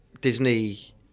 Disney